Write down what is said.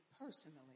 personally